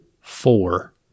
Four